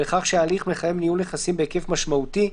בכך שההליך מחייב ניהול נכסים בהיקף משמעותי,